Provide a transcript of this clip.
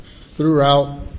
throughout